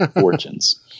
fortunes